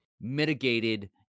mitigated